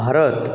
Bharat